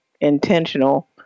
intentional